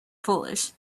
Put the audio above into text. foolish